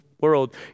world